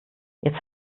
jetzt